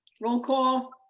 roll call.